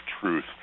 truth